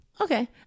Okay